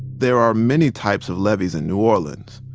there are many types of levees in new orleans,